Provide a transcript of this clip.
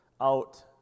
out